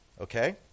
okay